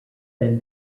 than